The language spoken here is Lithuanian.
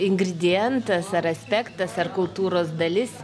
ingredientas ar aspektas ar kultūros dalis